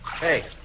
Hey